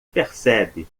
percebe